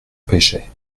pêchait